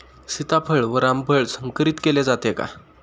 सीताफळ व रामफळ संकरित केले जाते का?